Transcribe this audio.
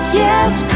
yes